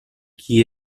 qui